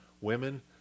Women